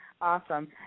Awesome